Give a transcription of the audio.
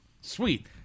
Sweet